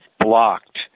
blocked